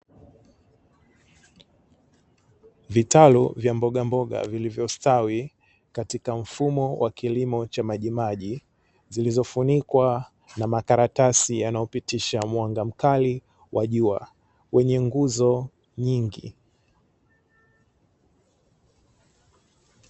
Vitalu vya mbogamboga vilivyostawi katika mfumo wa kilimo cha majimaji, zilizofunikwa na makaratasi yanayopitisha mwanga mkali wa jua wenye nguzo nyingi.